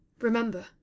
remember